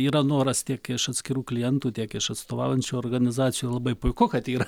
yra noras tiek iš atskirų klientų tiek iš atstovaujančių organizacijų labai puiku kad yra